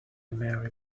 mary